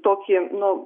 tokį nu